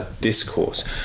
discourse